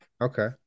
Okay